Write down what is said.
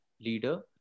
leader